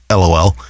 lol